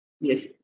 yes